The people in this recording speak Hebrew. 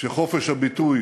שחופש הביטוי